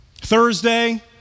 Thursday